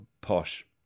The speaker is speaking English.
posh